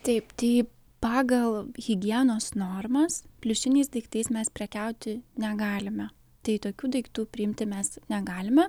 taip taip pagal higienos normas pliušiniais daiktais mes prekiauti negalime tai tokių daiktų priimti mes negalima